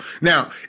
Now